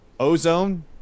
Ozone